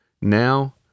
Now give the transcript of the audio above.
Now